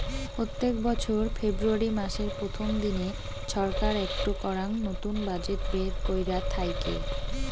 প্রত্যেক বছর ফেব্রুয়ারী মাসের প্রথম দিনে ছরকার একটো করাং নতুন বাজেট বের কইরা থাইকে